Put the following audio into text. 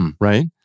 Right